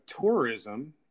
tourism